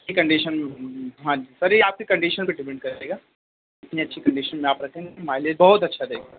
اس کی کنڈیشن ہاں سر یہ آپ کی کنڈیشن پہ ڈپنڈ کرے گا کتنی اچھی کنڈیشن میں آپ رکھیں گے مائلج بہت اچھا دے گا